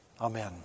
Amen